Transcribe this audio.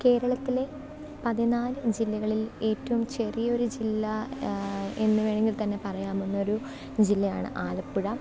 കേരളത്തിലെ പതിനാല് ജില്ലകളിൽ ഏറ്റവും ചെറിയൊരു ജില്ല എന്ന് വേണമെങ്കിൽ തന്നെ പറയാമെന്നൊരു ജില്ലയാണ് ആലപ്പുഴ